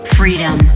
freedom